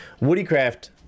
WoodyCraft